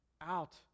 out